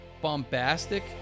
bombastic